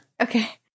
Okay